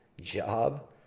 Job